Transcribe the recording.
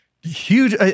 Huge